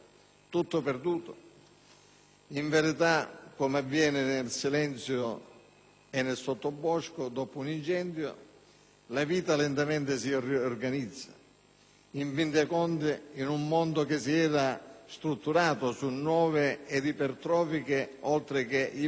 In verità, come avviene in silenzio nel sottobosco dopo un incendio, la vita lentamente si riorganizza. In fin dei conti, in un mondo che si era strutturato su nuove ed ipertrofiche oltre che ipermoderne istituzioni